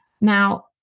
Now